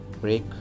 break